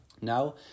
Now